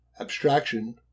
Abstraction